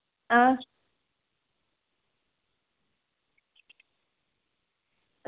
आं